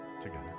together